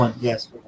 yes